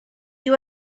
you